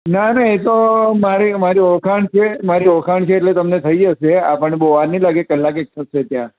ના ના એ તો મારે મારી ઓળખાણ છે મારી ઓળખાણ છે એટલે તમને થઈ જશે આપણને બહુ વાર નહીં લાગે કલાક એક થશે ત્યાં